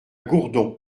gourdon